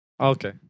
Okay